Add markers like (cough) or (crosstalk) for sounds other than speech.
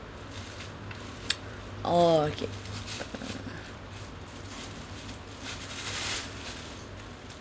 (noise) orh okay uh